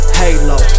halo